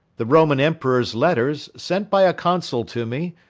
the roman emperor's letters, sent by a consul to me,